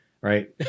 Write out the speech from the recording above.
right